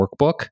workbook